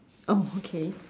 oh okay